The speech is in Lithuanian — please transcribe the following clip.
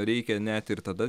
reikia net ir tada